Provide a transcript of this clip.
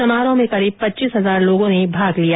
समारोह में करीब पच्चीस हजार लोगों ने भाग लिया